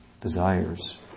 desires